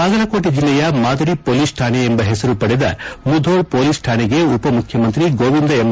ಬಾಗಲಕೋಟೆ ಜಿಲ್ಲೆಯ ಮಾದರಿ ಪೊಲೀಸ್ ಕಾಣೆ ಎಂಬ ಹೆಸರು ಪಡೆದ ಮುಧೋಳ್ ಪೊಲೀಸ್ ಕಾಣೆಗೆ ಉಪಮುಖ್ಚಮಂತ್ರಿ ಗೋವಿಂದ ಎಂ